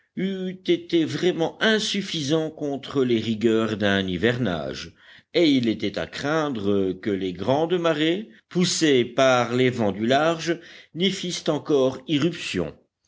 été vraiment insuffisant contre les rigueurs d'un hivernage et il était à craindre que les grandes marées poussées par les vents du large n'y fissent encore irruption